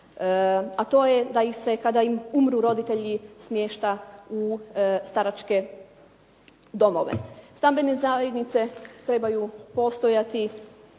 a to je da ih se kada im umru roditelji smješta u staračke domove. Stambene zajednice trebaju postojati